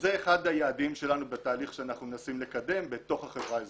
וזה אחד היעדים שלנו בתהליך שאנחנו מנסים לקדם בתוך החברה האזרחית.